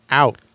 out